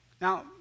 now